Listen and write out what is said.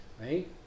right